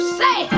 say